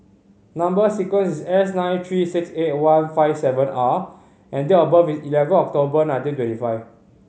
number sequence is S nine three six eight one five seven R and date of birth is eleven October nineteen twenty five